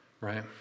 Right